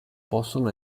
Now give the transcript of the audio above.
possono